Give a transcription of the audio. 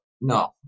no